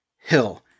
Hill